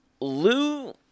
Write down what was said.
Lou